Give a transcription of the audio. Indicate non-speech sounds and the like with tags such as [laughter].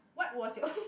what was your [laughs]